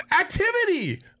Activity